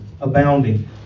abounding